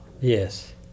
Yes